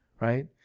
right